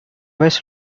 vez